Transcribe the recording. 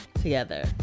together